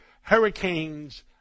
hurricanes